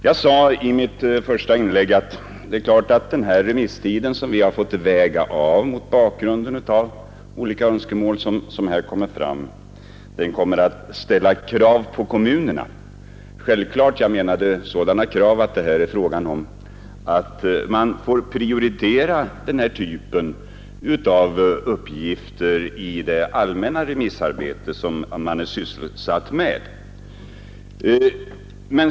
Jag sade i mitt svar att det är klart att den här remisstiden, som vi har fått väga av mot bakgrunden av olika önskemål som här kommer fram, kommer att ställa krav på kommunerna. Jag menade självfallet sådana krav som att man nödgas prioritera den här remissbehandlingen bland andra uppgifter som man är sysselsatt med.